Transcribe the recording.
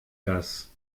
das